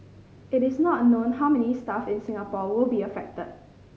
it is not known how many staff in Singapore will be affect